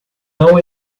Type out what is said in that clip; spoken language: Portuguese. não